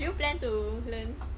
do you plan to learn